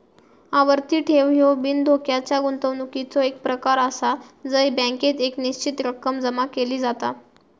आवर्ती ठेव ह्यो बिनधोक्याच्या गुंतवणुकीचो एक प्रकार आसा जय बँकेत एक निश्चित रक्कम जमा केली जाता